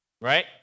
right